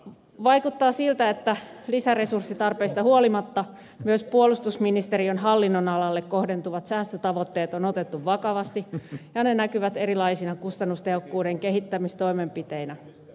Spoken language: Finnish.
vaikuttaa siltä että lisäresurssitarpeista huolimatta myös puolustusministeriön hallinnonalalle kohdentuvat säästötavoitteet on otettu vakavasti ja ne näkyvät erilaisina kustannustehokkuuden kehittämistoimenpiteinä